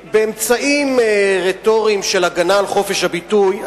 באמצעים רטוריים של הגנה על חופש הביטוי,